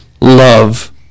love